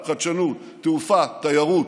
חדשנות,